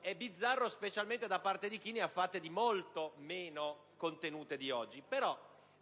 è bizzarro, specialmente da parte di chi ne ha fatte di molto meno contenute di